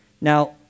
Now